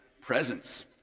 presence